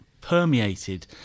permeated